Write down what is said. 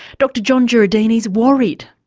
dr jon jureidini's worried,